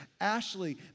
Ashley